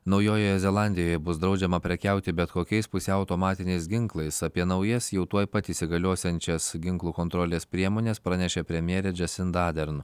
naujojoje zelandijoje bus draudžiama prekiauti bet kokiais pusiau automatiniais ginklais apie naujas jau tuoj pat įsigaliosiančias ginklų kontrolės priemones pranešė premjerė džesinda adern